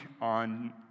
on